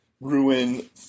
ruin